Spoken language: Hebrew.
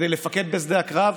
כדי לפקד בשדה הקרב,